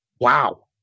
wow